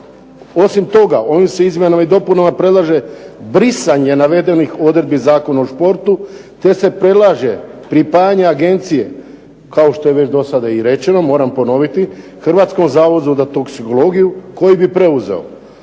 Osim toga ovim se izmjenama i dopunama predlaže brisanje navedenih odredbi Zakona o športu, te se predlaže pripajanje agencije, kao što je do sada i rečeno moram ponoviti, Hrvatskom zavodu za toksikologiju koji bi preuzeo